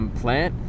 plant